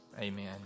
Amen